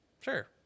Sure